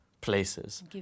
places